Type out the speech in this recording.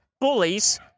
bullies